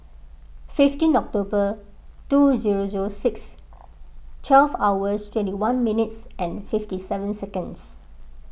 fifteen October two zero zero six twelve hours twenty one minutes and fifty seven seconds